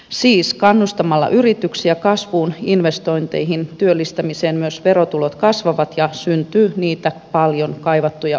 siis kannustamalla yrityksiä kasvuun investointeihin ja työllistämiseen myös verotulot kasvavat ja syntyy niitä paljon kaivattuja uusia työpaikkoja